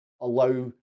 allow